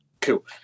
Cool